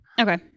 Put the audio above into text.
Okay